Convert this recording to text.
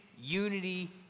unity